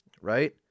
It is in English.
right